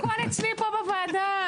הכול אצלי פה בוועדה.